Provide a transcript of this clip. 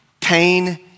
pain